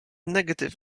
negative